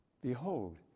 Behold